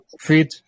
feed